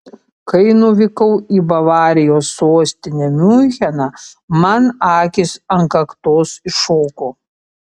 kai nuvykau į bavarijos sostinę miuncheną man akys ant kaktos iššoko